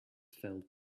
fell